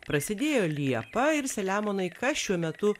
prasidėjo liepą ir saliamonai kas šiuo metu